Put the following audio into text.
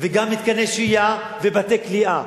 וגם מתקני שהייה ובתי-כליאה.